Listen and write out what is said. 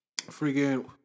Freaking